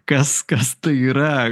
kas kas tai yra